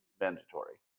mandatory